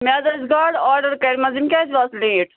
مےٚ حظ آسہٕ گاڈٕ آرڈَر کَرِمژ یِم کیٛازِ واژٕ لیٹ